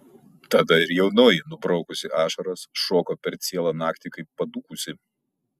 tada ir jaunoji nubraukusi ašaras šoko per cielą naktį kaip padūkusi